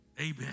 Amen